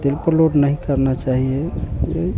triple load नहीं करना चाहिए ये